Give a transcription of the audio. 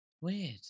Weird